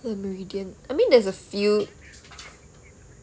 the meridian I mean there's a few